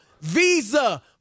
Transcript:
Visa